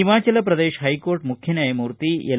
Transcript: Himachal Pradesh high court ಮುಖ್ಯ ನ್ಯಾಯಮೂರ್ತಿ L